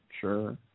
sure